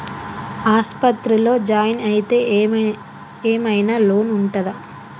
ఆస్పత్రి లో జాయిన్ అయితే ఏం ఐనా లోన్ ఉంటదా?